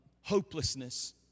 hopelessness